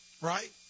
right